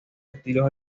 estilos